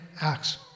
acts